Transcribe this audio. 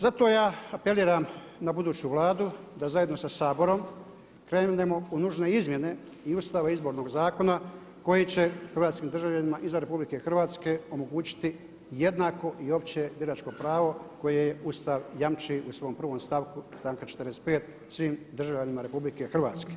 Zato ja apeliram na buduću Vladu da zajedno sa Saborom krenemo u nužne izmjene i Ustava i Izbornog zakona koji će Hrvatskim državljanima izvan RH omogućiti jednako i opće biračko pravo koje Ustav jamči u svom prvom stavku članka 45. svim državljanima RH.